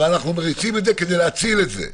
אנחנו מריצים את זה כדי להציל את זה.